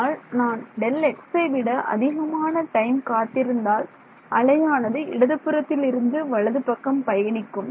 ஆனால் நான் Δxஐ விட அதிகமான டைம் காத்திருந்தால் அலையானது இடது புறத்தில் இருந்து வலது பக்கம் பயணிக்கும்